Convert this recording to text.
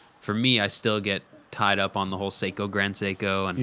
for me, i still get tied up on the whole seiko grand seiko. and